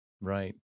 right